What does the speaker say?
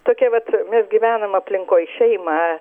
tokia vat mes gyvenam aplinkoj šeima